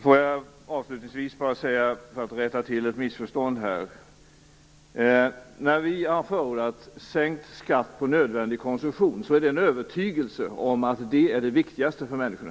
Får jag avslutningsvis bara säga en sak för att rätta till ett missförstånd här. När vi har förordat sänkt skatt på nödvändig konsumtion är det i övertygelsen om att det är det viktigaste för människorna.